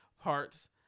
parts